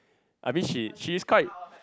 I mean she she's quite